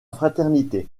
fraternité